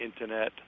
Internet